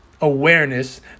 awareness